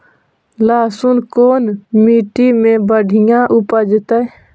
लहसुन कोन मट्टी मे बढ़िया उपजतै?